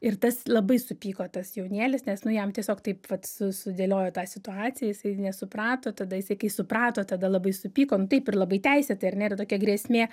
ir tas labai supyko tas jaunėlis nes nu jam tiesiog taip vat su sudėliojo tą situaciją jisai nesuprato tada jisai kai suprato tada labai supyko nu taip ir labai teisėtai ar ne yra tokia grėsmė